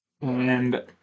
And-